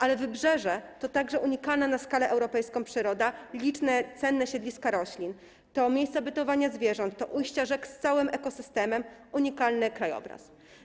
Ale Wybrzeże to także unikalna na skalę europejską przyroda, liczne cenne siedliska roślin, to miejsca bytowania zwierząt, to ujścia rzek z całym ekosystemem, unikalny krajobraz.